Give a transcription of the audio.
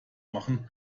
machen